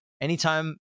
Anytime